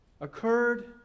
occurred